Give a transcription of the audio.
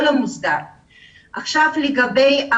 לעניין